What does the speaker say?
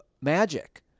Magic